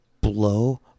blow